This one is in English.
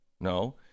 no